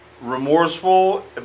remorseful